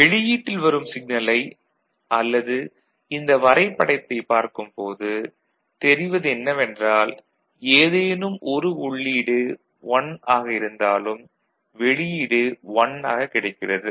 வெளியீட்டில் வரும் சிக்னலை அல்லது இந்த வரைபடத்தை பார்க்கும் போது தெரிவது என்னவென்றால் ஏதேனும் ஒரு உள்ளீடு 1 ஆக இருந்தாலும் வெளியீடு 1 ஆக கிடைக்கிறது